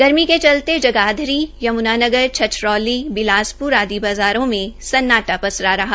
गर्मी के चलते जगाधरी यम्नानगरी छछरौली बिलासप्र आदि बाज़ारों मे सन्नाटा पसरा रहा